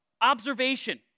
Observation